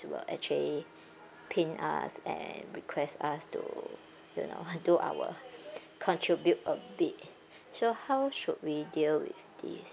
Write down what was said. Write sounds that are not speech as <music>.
who will actually pin us and request us to you know <noise> do our <breath> contribute a bit so how should we deal with this